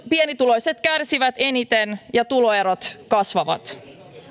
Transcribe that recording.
pienituloiset kärsivät eniten ja tuloerot kasvavat